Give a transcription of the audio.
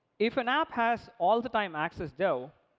if an app has all-the-time access, though,